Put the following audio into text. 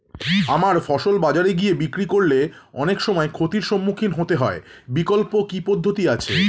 আমার ফসল বাজারে গিয়ে বিক্রি করলে অনেক সময় ক্ষতির সম্মুখীন হতে হয় বিকল্প কি পদ্ধতি আছে?